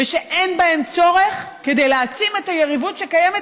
ושאין בהם צורך כדי להעצים את היריבות שקיימת